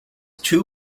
two